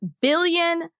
billion